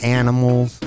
animals